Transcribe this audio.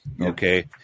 Okay